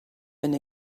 been